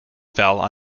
fell